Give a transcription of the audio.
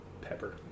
pepper